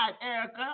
Erica